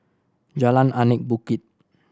Jalan Anak Bukit